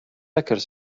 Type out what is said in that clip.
lekker